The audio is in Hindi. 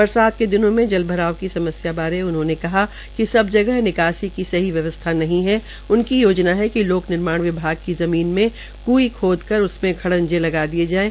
बरसात के दिनों में जलभराव की समस्या बारे उन्होंने कहा कि सभी जगह निकासी की सही व्यवस्था नहीं है उनकी योजना है कि लोक निर्माण विभाग की ज़मीन में क्ई खोद कर उसमें खंडवे लगा दिये जाये